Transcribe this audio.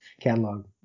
catalog